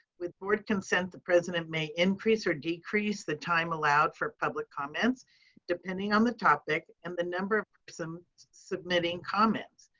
with board consent, the president may increase or decrease the time allowed for public comments depending on the topic and the number of person submitting comments.